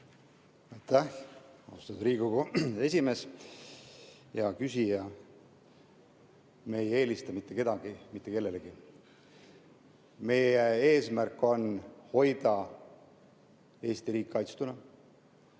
Aitäh, austatud Riigikogu esimees! Hea küsija! Me ei eelista mitte kedagi mitte kellelegi. Meie eesmärk on hoida Eesti riik kaitstuna,